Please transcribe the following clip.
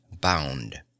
bound